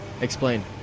Explain